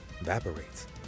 evaporates